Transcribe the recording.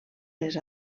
les